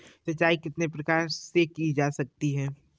सिंचाई कितने प्रकार से की जा सकती है?